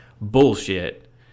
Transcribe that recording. Bullshit